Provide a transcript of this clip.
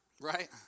Right